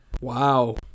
Wow